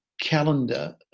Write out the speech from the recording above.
calendar